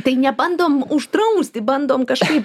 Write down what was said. tai nebandom uždrausti bandom kažkaip